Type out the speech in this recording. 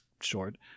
short